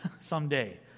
someday